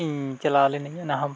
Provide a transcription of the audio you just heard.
ᱤᱧ ᱪᱟᱞᱟᱣ ᱞᱤᱱᱟᱹᱧ ᱚᱱᱟᱦᱚᱸ